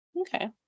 okay